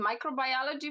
microbiology